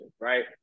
right